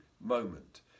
moment